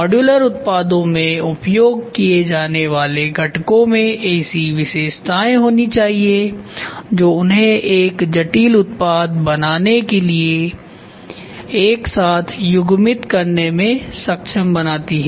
modular उत्पादों में उपयोग किए जाने वाले घटकों में ऐसी विशेषताएं होनी चाहिए जो उन्हें एक जटिल उत्पाद बनाने के लिए एक साथ युग्मित करने में सक्षम बनाती हैं